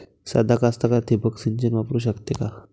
सादा कास्तकार ठिंबक सिंचन वापरू शकते का?